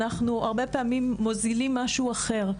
אנחנו מוזילים משהו אחר.